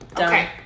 Okay